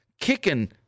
kicking